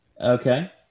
Okay